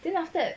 then after that